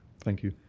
thank you.